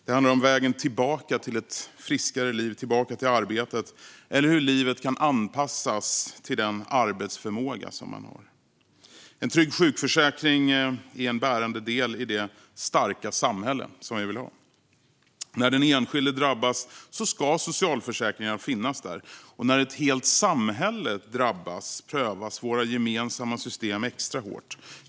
Det handlar om vägen tillbaka till ett friskare liv, tillbaka till arbete, eller hur livet kan anpassas till den arbetsförmåga som man har. En trygg sjukförsäkring är en bärande del i det starka samhälle som vi vill ha. När den enskilde drabbas ska det finnas socialförsäkringar. När ett helt samhälle drabbas prövas våra gemensamma system extra hårt.